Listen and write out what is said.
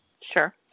sure